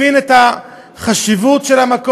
הבין את החשיבות של המקום,